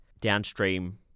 downstream